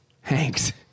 Hanks